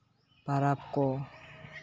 ᱯᱚᱨᱚᱵᱽ ᱠᱚ